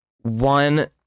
one